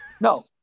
No